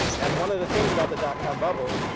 and one of the things about the dot-com bubble,